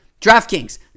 DraftKings